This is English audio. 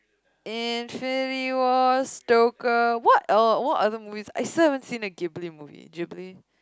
infinity wars stoker what else what other movies I still haven't see the Ghibly movie Ghibly